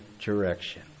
direction